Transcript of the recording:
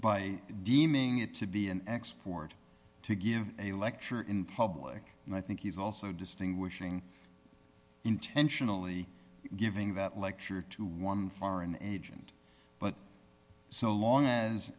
by deeming it to be an export to give a lecture in public and i think he's also distinguishing intentionally giving that lecture to one foreign agent but so long as